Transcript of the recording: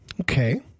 Okay